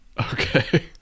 Okay